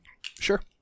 Sure